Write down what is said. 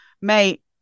mate